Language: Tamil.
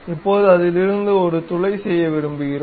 இப்போது அதிலிருந்து ஒரு துளை செய்ய விரும்புகிறோம்